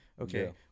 Okay